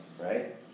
right